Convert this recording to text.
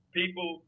people